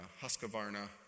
Husqvarna